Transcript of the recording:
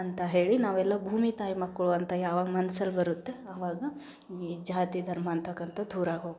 ಅಂತ ಹೇಳಿ ನಾವೆಲ್ಲ ಭೂಮಿ ತಾಯಿ ಮಕ್ಕಳು ಅಂತ ಯಾವಾಗ ಮನ್ಸಲ್ಲಿ ಬರುತ್ತೆ ಅವಾಗ ಈ ಜಾತಿ ಧರ್ಮ ಅಂತಕ್ಕಂಥದ್ದು ದೂರಾಗಿ ಹೋಗ್ತದೆ